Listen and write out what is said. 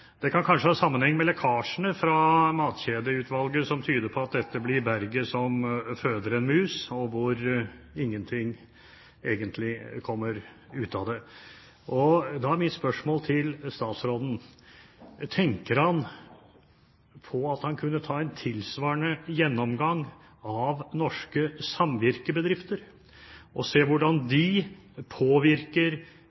Det kan kanskje ha sammenheng med lekkasjene fra Matkjedeutvalget, som tyder på at dette blir berget som føder en mus, og hvor egentlig ingenting kommer ut av det. Da er mitt spørsmål til statsråden: Tenker han på at han kunne ta en tilsvarende gjennomgang av norske samvirkebedrifter og se hvordan